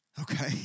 okay